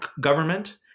government